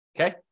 Okay